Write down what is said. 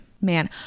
Man